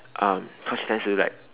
um cause then she tends to like